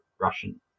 russian